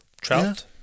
trout